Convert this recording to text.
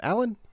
Alan